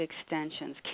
extensions